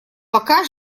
пока